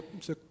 se